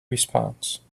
response